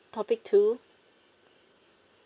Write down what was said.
topic two